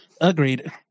Agreed